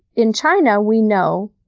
in china we know,